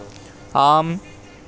आम्